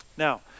Now